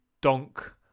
donk